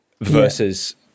versus